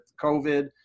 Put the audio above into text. covid